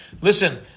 listen